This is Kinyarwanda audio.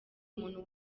umuntu